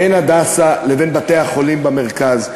בין "הדסה" לבין בתי-החולים במרכז,